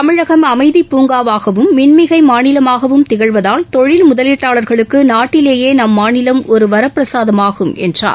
தமிழகம் அமைதிப்பூங்காவாகவும் மின்மிகை மாநிலமாகவும் திகழ்வதால் தொழில் முதலீட்டாளர்களுக்கு நாட்டிலேயே நம் மாநிலம் ஒரு வரப்பிரசாதமாகும் என்றார்